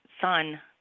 son